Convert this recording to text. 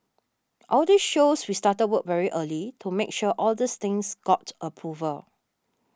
all this shows we started work very early to make sure all these things got approval